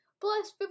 Plus